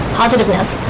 positiveness